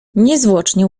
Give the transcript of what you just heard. niezwłocznie